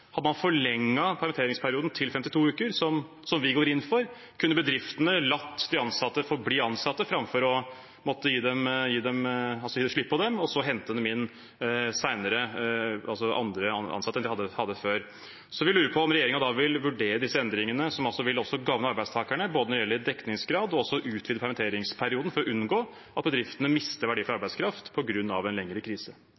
Hadde man forlenget permitteringsperioden til 52 uker, som vi går inn for, kunne bedriftene latt de ansatte forbli ansatte, framfor å gi slipp på dem for så senere å hente inn andre ansatte enn dem de hadde før. Vi lurer på om regjeringen vil vurdere disse endringene, som vil gagne arbeidstakerne, både dekningsgrad og å utvide permitteringsperioden, for å unngå at bedriftene mister